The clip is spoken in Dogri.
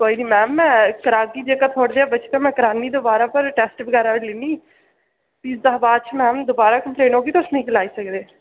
कोई नी मैम मै करागी जेह्का थोह्ड़ा जेहा बचे दा में करानी दोबारा पर टेस्ट बगैरा लेनी फ्ही ओह्दे शा बाद च मैम दोबारा कम्प्लेन होगी तुस मिकी गलाई सकदे